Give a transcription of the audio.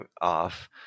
off